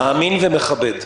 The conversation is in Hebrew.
מאמין ומכבד.